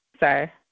sorry